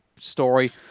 story